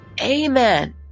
Amen